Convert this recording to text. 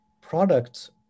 products